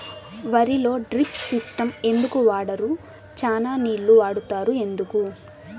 వరిలో drip system ఎందుకు వాడరు? చానా నీళ్లు వాడుతారు ఎందుకు?